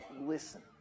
listen